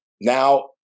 now